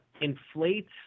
inflates